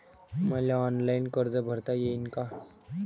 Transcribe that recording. मले ऑनलाईन कर्ज भरता येईन का?